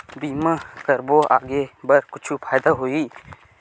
बीमा करबो आगे बर कुछु फ़ायदा होही?